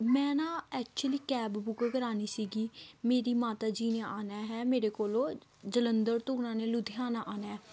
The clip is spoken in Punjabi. ਮੈਂ ਨਾ ਐਕਚੁਅਲੀ ਕੈਬ ਬੁਕ ਕਰਵਾਉਣੀ ਸੀਗੀ ਮੇਰੀ ਮਾਤਾ ਜੀ ਨੇ ਆਉਣਾ ਹੈ ਮੇਰੇ ਕੋਲੋਂ ਜਲੰਧਰ ਤੋਂ ਉਹਨਾਂ ਨੇ ਲੁਧਿਆਣਾ ਆਉਣਾ